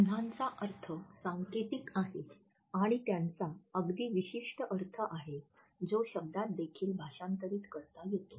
चिन्हांचा अर्थ सांकेतिक आहे आणि त्यांचा अगदी विशिष्ट अर्थ आहे जो शब्दात देखील भाषांतरित करता येतो